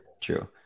True